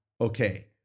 okay